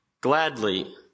Gladly